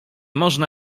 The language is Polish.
można